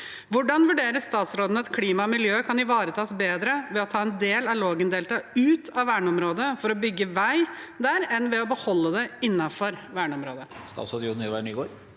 Hvordan vurderer statsråden at klima og miljø kan ivaretas bedre ved å ta en del av Lågendeltaet ut av verneområdet for å bygge vei der enn ved å beholde det innenfor verneområdet?»